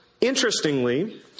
Interestingly